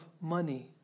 money